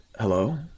Hello